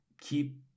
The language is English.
keep